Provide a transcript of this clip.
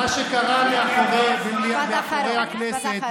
מה שקרה מאחורי הכנסת,